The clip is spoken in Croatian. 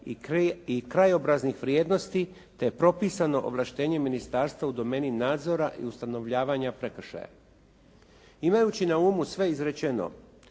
i krajobraznih vrijednosti, te je propisano ovlaštenje ministarstva u domeni nadzora i ustanovljavanja prekršaja. Imajući na umu sve izrečeno